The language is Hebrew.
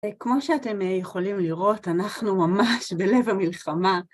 כמו שאתם יכולים לראות, אנחנו ממש בלב המלחמה.